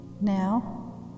Now